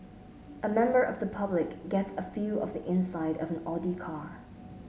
a member of the public gets a feel of the inside of an Audi car